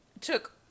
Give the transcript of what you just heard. took